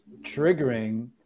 triggering